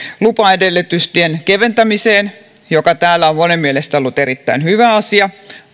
lupaedellytysten keventämiseen mikä täällä on monen mielestä ollut erittäin hyvä asia